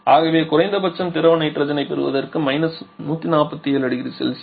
ஆகவே குறைந்த பட்சம் திரவ நைட்ரஜனைப் பெறுவதற்கு நாம் − 147 0C